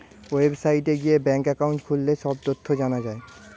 ওয়েবসাইটে গিয়ে bank account খুললে সব তথ্য জানা যায়